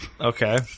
Okay